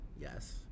Yes